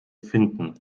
finden